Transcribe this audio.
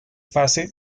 fase